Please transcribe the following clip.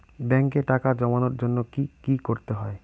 ব্যাংকে টাকা জমানোর জন্য কি কি করতে হয়?